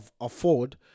afford